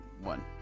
one